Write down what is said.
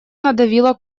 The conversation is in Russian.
надавила